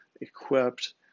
equipped